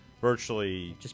virtually